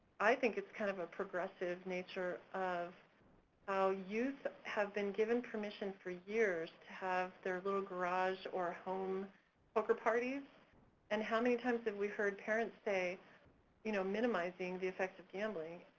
i think it's kind of a progressive nature of how youth have been given permission for years to have their little garage or home poker parties and how many times have we heard parents you know minimizing the effects of gambling?